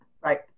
right